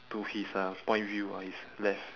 to his uh point view ah his left